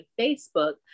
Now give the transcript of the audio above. Facebook